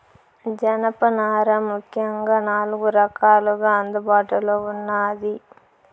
జనపనార ముఖ్యంగా నాలుగు రకాలుగా అందుబాటులో ఉన్నాది